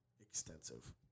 extensive